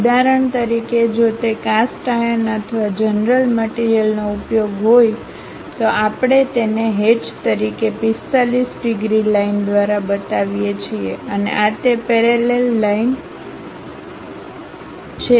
ઉદાહરણ તરીકે જો તે કાસ્ટ આયર્ન અથવા જનરલ મટીરીયલનો ઉપયોગ હોય તો આપણે તેને હેચ તરીકે 45 ડિગ્રી લાઈનદ્વારા બતાવીએ છીએ અને આ તે પેરેલલ લાઈન છે જેને આપણે રજૂ કરવાની છે